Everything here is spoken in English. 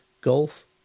Golf